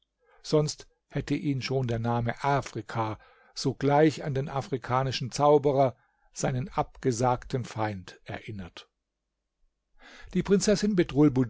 sonst hätte ihn schon der name afrika sogleich an den afrikanischen zauberer seinen abgesagten feind erinnert die prinzessin